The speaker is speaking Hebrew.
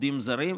עובדים זרים.